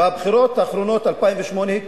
בבחירות האחרונות, ב-2008,